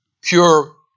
pure